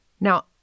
Now